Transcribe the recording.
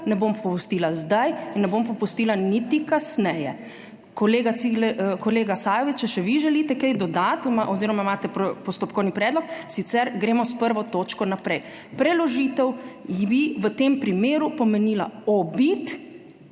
ne bom popustila zdaj in ne bom popustila niti kasneje. Kolega, kolega Sajovic, če še vi želite kaj dodati oziroma imate postopkovni predlog, sicer gremo s 1. točko naprej. Preložitev bi v tem primeru pomenila obid